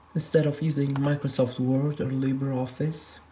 instead of using microsoft word or libreoffice